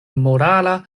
morala